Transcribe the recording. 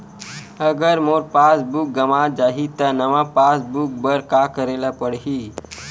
अगर मोर passbook गवां जाहि त नवा पास बुक बर का करे ल पड़हि?